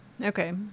okay